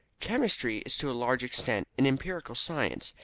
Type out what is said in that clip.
chemistry is to a large extent an empirical science,